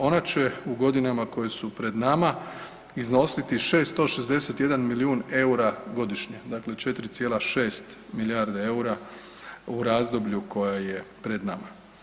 Ona će u godinama koje su pred nama iznositi 661 milijun EUR-a godišnje, dakle 4,6 milijardi EUR-a u razdoblju koje je pred nama.